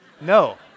No